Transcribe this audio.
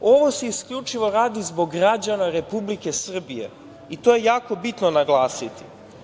Ovo se isključivo radi zbog građana Republike Srbije i to je jako bitno naglasiti.